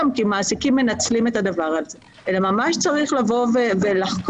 כי מעסיקים מנצלים את הדבר הזה אלא ממש צריך לבוא ולחקור